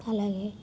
అలాగే